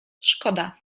szkoda